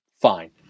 Fine